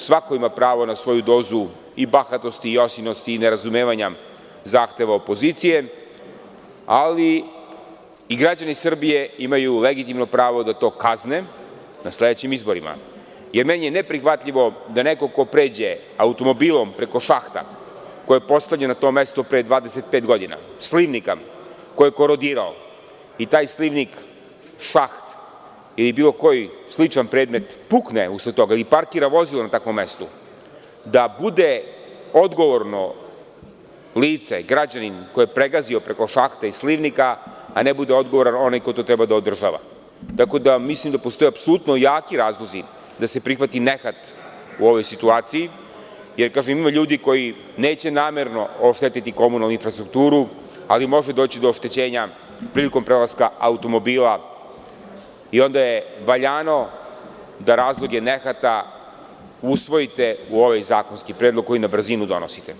Svako ima pravo na svoju dozu bahatosti i osionosti i nerazumevanja zahteva opozicije, ali i građani Srbije imaju legitimno pravo da to kazne na sledećim izborima, jer meni je neprihvatljivo da neko pređe automobilom preko šahta koji je postavljen na tom mestu pre 25 godina, slivnika koji je korozirao i ta taj slivnik, šaht ili bilo koji sličan predmet pukne usled toga, ili parkira vozilo na takvom mestu, da bude odgovorno lice, građanin koji je pregazio preko šahte i slivnika a ne bude odgovoran koji to treba da održava, tako da mislim da treba da postoje apsolutno jaki razlozi da se prihvati nehat u ovoj situaciji jer ima ljudi koji neće namerno oštetiti komunalnu infrastrukturu, ali može doći do oštećenja prilikom prelaska automobila i onda je valjano da razloge nehata usvojite u ovaj zakonski predlog koji ne brzinu donosite.